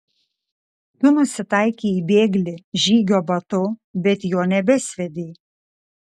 tu nusitaikei į bėglį žygio batu bet jo nebesviedei